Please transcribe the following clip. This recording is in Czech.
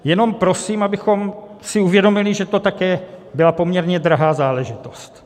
Jenom prosím, abychom si uvědomili, že to také byla poměrně drahá záležitost.